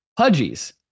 Pudgies